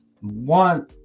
one